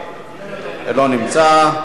אינו נמצא,